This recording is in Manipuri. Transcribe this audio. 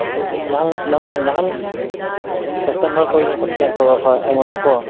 ꯅꯪ ꯅꯪꯅ ꯅꯍꯥꯟ ꯀꯁꯇꯃꯔ ꯈꯣꯏꯅ ꯀꯝꯄ꯭ꯂꯦꯟ ꯇꯧꯔꯛꯄ ꯑꯩꯉꯣꯟꯗꯀꯣ